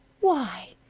why,